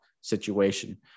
situation